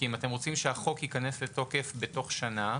אם אתם רוצים שהחוק ייכנס לתוקף בתוך שנה,